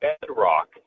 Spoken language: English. bedrock